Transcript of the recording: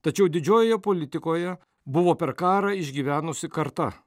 tačiau didžiojoje politikoje buvo per karą išgyvenusi karta